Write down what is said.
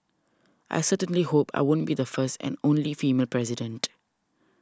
I certainly hope I won't be the first and only female president